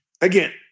again